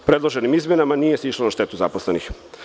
Predloženim izmenama nije se išlo na štetu zaposlenih.